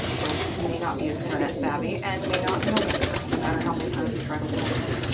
folks who may not be as internet savvy and may not know better, no matter how many times we try to warn them.